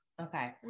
Okay